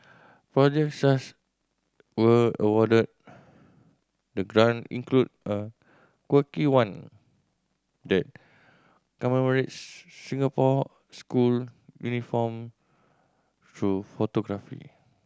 projects were awarded the grant include a quirky one that commemorates Singapore school uniform through photography